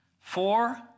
four